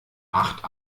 acht